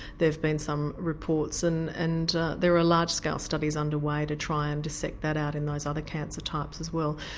there have been some reports and and there are large scale studies under way to try and dissect that out and those other cancer types as well.